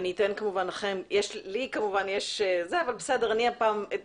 גם לי יש שאלות אבל אני אתן לכם את